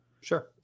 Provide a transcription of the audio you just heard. Sure